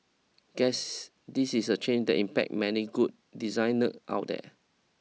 guess this is a chain that impacts many good design nerd out there